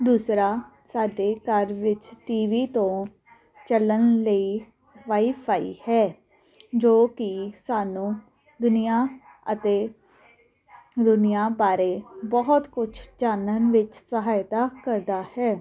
ਦੂਸਰਾ ਸਾਡੇ ਘਰ ਵਿੱਚ ਟੀ ਵੀ ਤੋਂ ਚੱਲਣ ਲਈ ਵਾਈਫਾਈ ਹੈ ਜੋ ਕਿ ਸਾਨੂੰ ਦੁਨੀਆ ਅਤੇ ਦੁਨੀਆ ਬਾਰੇ ਬਹੁਤ ਕੁਛ ਜਾਣਨ ਵਿੱਚ ਸਹਾਇਤਾ ਕਰਦਾ ਹੈ